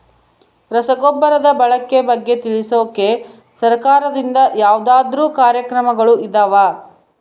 ರಸಗೊಬ್ಬರದ ಬಳಕೆ ಬಗ್ಗೆ ತಿಳಿಸೊಕೆ ಸರಕಾರದಿಂದ ಯಾವದಾದ್ರು ಕಾರ್ಯಕ್ರಮಗಳು ಇದಾವ?